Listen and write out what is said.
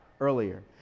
earlier